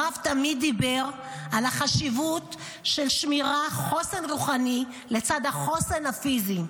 הרב תמיד דיבר על החשיבות של שמירה על חוסן רוחני לצד החוסן הפיזי.